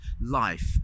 life